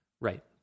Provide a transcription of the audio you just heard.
right